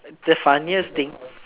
the funniest thing